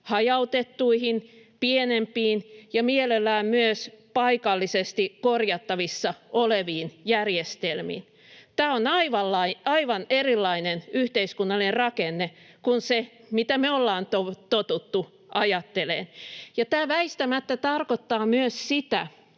hajautettuihin, pienempiin ja mielellään myös paikallisesti korjattavissa oleviin järjestelmiin. Tämä on aivan erilainen yhteiskunnallinen rakenne kuin se, mitä me ollaan totuttu ajattelemaan. Ja tämä väistämättä tarkoittaa myös sitä,